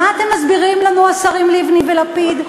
מה אתם מסבירים לנו, השרים לבני ולפיד?